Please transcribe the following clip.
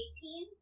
Eighteen